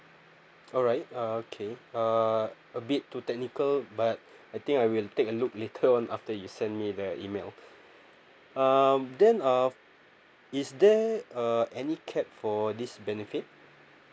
alright uh okay uh a bit too technical but I think I will take a look later on after you send me the email um then uh is there uh any cap for this benefit